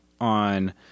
on